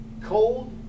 Cold